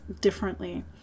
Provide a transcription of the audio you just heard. differently